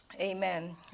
Amen